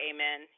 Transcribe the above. Amen